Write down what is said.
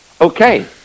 okay